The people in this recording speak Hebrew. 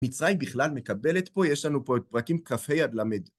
מצרים בכלל מקבלת פה, יש לנו פה את פרקים כ"ה עד ל'.